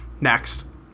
Next